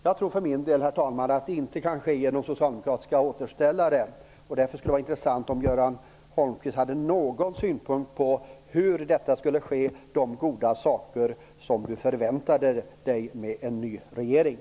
Jag tror för min del, herr talman, att det inte kan ske genom socialdemokratiska återställare. Det skulle vara intressant om Nils-Göran Holmqvist hade någon synpunkt på hur man skulle få de goda saker som han väntar sig från en ny regering.